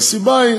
והסיבה היא